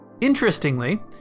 Interestingly